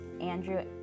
Andrew